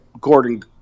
Gordon